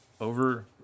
over